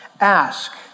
ask